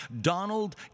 Donald